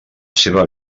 seva